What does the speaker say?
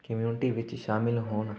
community ਵਿੱਚ ਸ਼ਾਮਿਲ ਹੋਣ